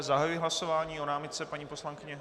Zahajuji hlasování o námitce paní poslankyně...